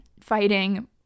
fighting